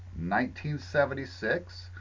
1976